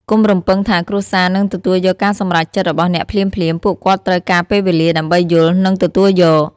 កុំរំពឹងថាគ្រួសារនឹងទទួលយកការសម្រេចចិត្តរបស់អ្នកភ្លាមៗ ពួកគាត់ត្រូវការពេលវេលាដើម្បីយល់ និងទទួលយក។